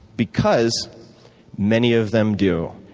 because many of them do.